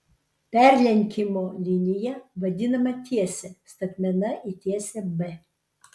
perlenkimo linija vadinama tiese statmena į tiesę b